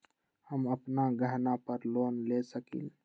हम अपन गहना पर लोन ले सकील?